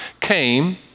came